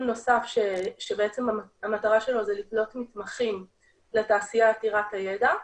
נוסף שהמטרה שלו זה לקלוט מתמחים לתעשייה עתירת הידע,